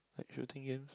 like shooting games